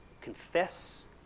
confess